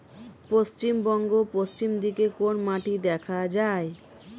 পশ্চিমবঙ্গ পশ্চিম দিকে কোন মাটি দেখা যায়?